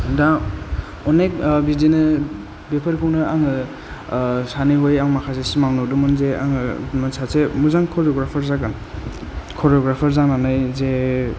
दा अनेख बिदिनो बेफोरखौनो आङो सानै हनै माखासे सिमां नुदोंमोन जे आङो मोन सासे मोजां करिय'ग्राफार जागोन करिय'ग्राफार जानानै जे